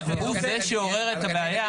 והוא זה שעורר את הבעיה.